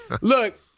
look